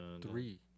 Three